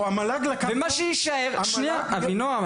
ומה שיישאר --- המל"ג לקח --- אבינעם,